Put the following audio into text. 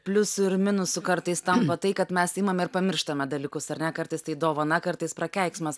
pliusu ir minusu kartais tampa tai kad mes imame ir pamirštame dalykus ar ne kartais tai dovana kartais prakeiksmas